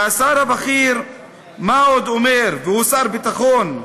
והשר הבכיר, והוא שר ביטחון,